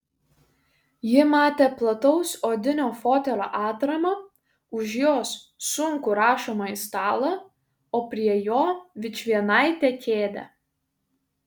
ji matė plataus odinio fotelio atramą už jos sunkų rašomąjį stalą o prie jo vičvienaitę kėdę